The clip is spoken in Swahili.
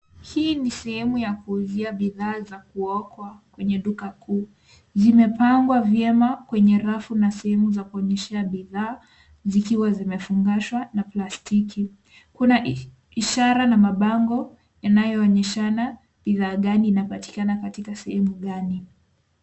Hii ni sehemu ya kuuzia bidhaa za kuokwa kwenye duka kuu. Zimepangwa vyema kwenye rafu na sehemu za kuendesha bidhaa, zikiwa zimefungashwa na plastiki. Kuna ishara na mabango inayoonyeshana bidhaa gani inapatikana katika sehemu gani.